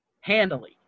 handily